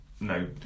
no